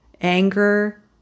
anger